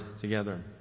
together